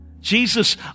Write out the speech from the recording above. Jesus